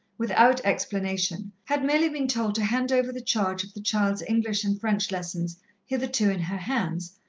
without explanation, had merely been told to hand over the charge of the child's english and french lessons hitherto in her hands,